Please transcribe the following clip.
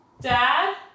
Dad